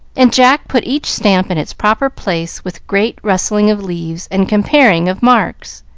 and jack put each stamp in its proper place with great rustling of leaves and comparing of marks.